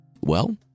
Well